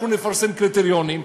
אנחנו נפרסם קריטריונים,